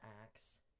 axe